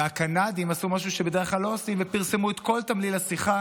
והקנדים עשו משהו שבדרך כלל לא עושים ופרסמו את כל תמליל השיחה